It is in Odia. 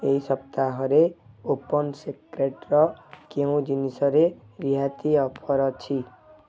ଏହି ସପ୍ତାହରେ ଓପନ୍ ସିକ୍ରେଟ୍ର କେଉଁ ଜିନିଷରେ ରିହାତି ଅଫର୍ ଅଛି